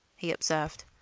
he observed.